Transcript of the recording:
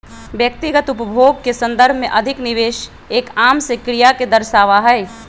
व्यक्तिगत उपभोग के संदर्भ में अधिक निवेश एक आम से क्रिया के दर्शावा हई